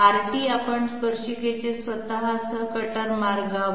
Rt आपण स्पर्शिकेचे स्वतःसह कटर मार्गावर